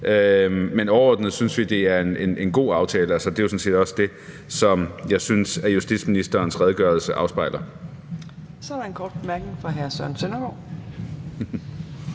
men overordnet synes vi, det er en god aftale. Det er sådan set også det, som jeg synes justitsministerens redegørelse afspejler. Kl. 18:14 Fjerde næstformand